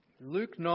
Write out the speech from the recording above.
Luke